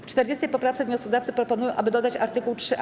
W 40. poprawce wnioskodawcy proponują, aby dodać art. 3a.